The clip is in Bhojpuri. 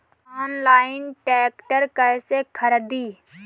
आनलाइन ट्रैक्टर कैसे खरदी?